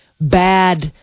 bad